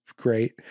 great